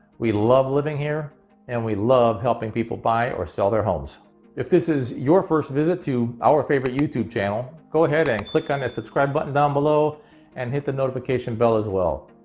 we love living here and we love helping people buy or sell their homes if this is your first visit to our favorite youtube channel, go ahead and click on the subscribe button down below and hit the notification bell as well.